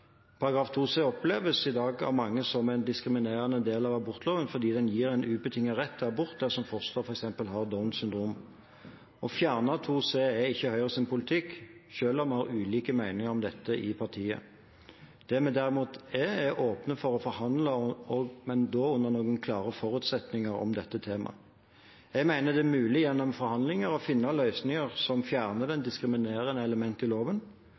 oppleves i dag av mange som en diskriminerende del av abortloven, fordi den gir en ubetinget rett til abort dersom fosteret f.eks. har Downs syndrom. Å fjerne § 2c er ikke Høyres politikk, selv om vi har ulike meninger om dette i partiet. Vi er derimot åpne for å forhandle om dette temaet, men da under noen klare forutsetninger. Jeg mener det er mulig gjennom forhandlinger å finne løsninger som fjerner det diskriminerende elementet i loven.